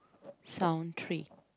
some three